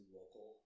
local